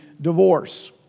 divorce